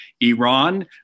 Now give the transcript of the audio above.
Iran